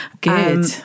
Good